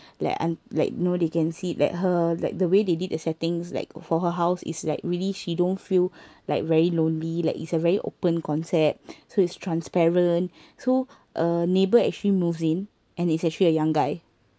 like I'm like know they can see that her like the way they did the settings like for her house is like really she don't feel like very lonely like is a very open concept so it's transparent so a neighbor actually moves in and it's actually a young guy